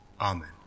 Amen